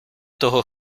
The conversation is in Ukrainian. того